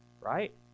Right